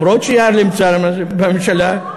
אפילו שיאיר נמצא בממשלה,